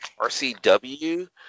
RCW